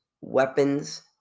Weapons